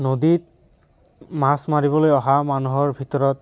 নদীত মাছ মাৰিবলৈ অহা মানুহৰ ভিতৰত